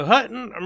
Hutton